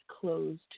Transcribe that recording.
closed